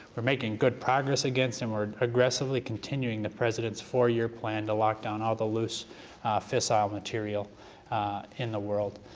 we're making good progress against, and we're aggressively continuing the president's four year plan to lock down all the loose fissile material in the world.